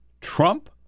Trump